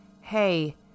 Hey